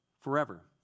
forever